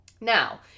Now